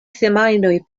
semajnoj